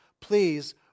please